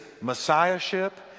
messiahship